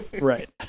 Right